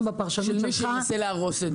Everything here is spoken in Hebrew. שמישהו ינסה להרוס את זה.